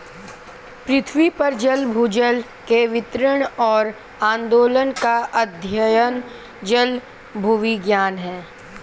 पृथ्वी पर जल भूजल के वितरण और आंदोलन का अध्ययन जलभूविज्ञान है